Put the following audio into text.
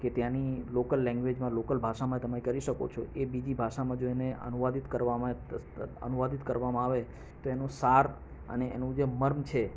કે ત્યાંની લોકલ લેંગ્વેજમાં લોકલ ભાષામાં તમે કરી શકો છો એ બીજી ભાષામાં જઈને અનુવાદિત કરવામાં અનુવાદિત કરવામાં આવે તો એનું સાર અને એનું જે મર્મ છે